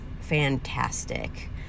fantastic